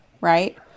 right